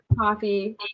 coffee